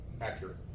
accurate